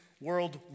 world